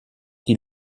die